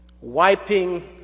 wiping